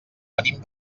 venim